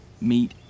meat